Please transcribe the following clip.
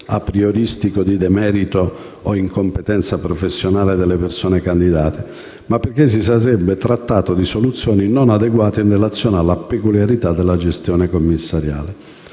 aprioristico di demerito o incompetenza professionale delle persone candidate, ma perché si sarebbe trattato di soluzioni non adeguate in relazione alla peculiarità della gestione commissariale.